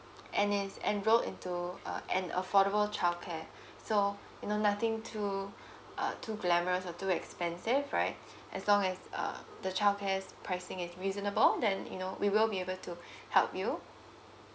and is enroll into uh an affordable childcare so you know nothing too uh too glamorous or too expensive right as long as uh the childcare pricing is reasonable then you know we will be able to help you